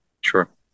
sure